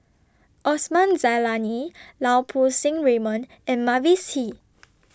Osman Zailani Lau Poo Seng Raymond and Mavis Hee